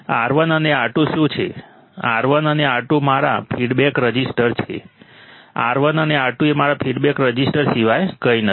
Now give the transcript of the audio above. R1 અને R2 શું છે R1 અને R2 મારા ફીડબેક રઝિસ્ટર છે R1 અને R2 એ મારા ફીડબેક રઝિસ્ટર સિવાય કંઈ નથી